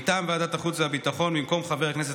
מטעם ועדת החוץ והביטחון: במקום חבר הכנסת